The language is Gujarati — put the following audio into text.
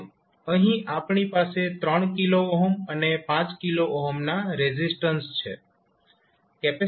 હવે અહીં આપણી પાસે 3 k અને 5 k ના રેઝિસ્ટન્સ છે